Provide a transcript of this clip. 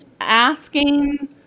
asking